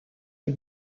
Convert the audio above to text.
est